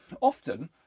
often